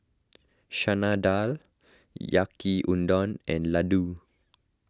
Chana Dal Yaki Udon and Ladoo